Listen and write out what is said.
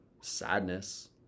Sadness